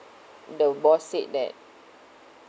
the boss said that